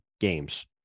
games